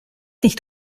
nicht